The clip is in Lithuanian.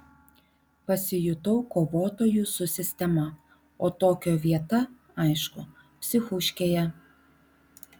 pasijutau kovotoju su sistema o tokio vieta aišku psichuškėje